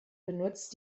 benutzt